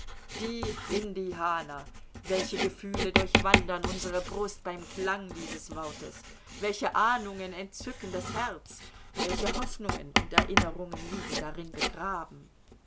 die indianer welche gefühle durchwandern unsere brust beim klang dieses wortes welche ahnungen entzücken das herz welche hoffnungen und erinnerungen liegen darin begraben